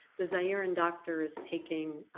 the zairean doctor is taking